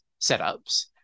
setups